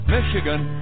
Michigan